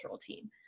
team